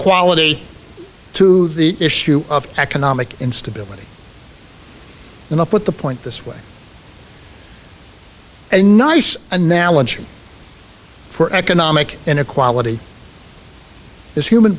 inequality to the issue of economic instability and up with the point this way a nice analogy for economic inequality is human